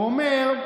הוא אמר: